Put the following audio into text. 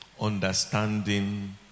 Understanding